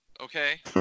Okay